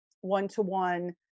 one-to-one